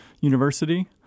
University